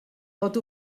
pot